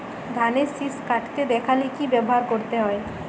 ধানের শিষ কাটতে দেখালে কি ব্যবহার করতে হয়?